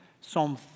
Psalm